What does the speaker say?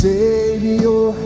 Savior